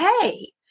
Hey